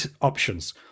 options